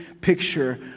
picture